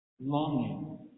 longing